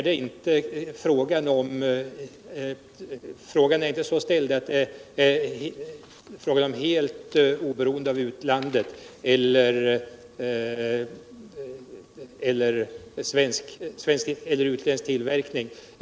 Det är inte fråga om helt oberoende genom: svensk eller utländsk tillverkning.